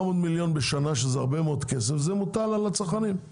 400 מיליון שקל בשנה שזה הרבה מאוד כסף זה מוטל על הצרכנים.